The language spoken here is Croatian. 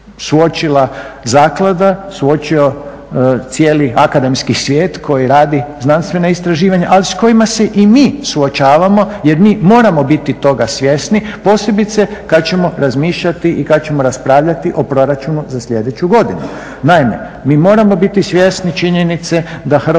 suočila zaklada, suočio cijeli akademski svijet koji radi znanstvena istraživanja, ali s kojima se i mi suočavamo jer mi moramo biti toga svjesni posebice kad ćemo razmišljati i kad ćemo raspravljati o proračunu za sljedeću godinu. Naime, mi moramo biti svjesni činjenice da Hrvatska